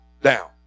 down